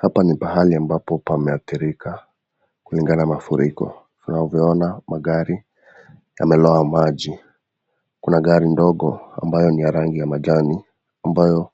Hapa ni pahali ambapo pameathirika kulingana na mafuriko. Tunavyoona magari yameloa maji. Kuna gari ndogo ambayo ni ya rangi ya majani ambayo